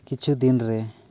ᱠᱤᱪᱷᱩ ᱫᱤᱱ ᱨᱮ